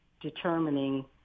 determining